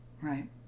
Right